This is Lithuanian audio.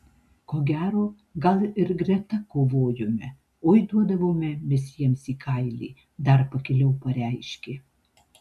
ko gero gal ir greta kovojome oi duodavome mes jiems į kailį dar pakiliau pareiškė